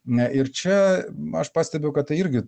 na ir čia aš pastebiu kad tai irgi